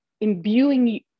imbuing